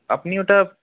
আপনি ওটা